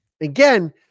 Again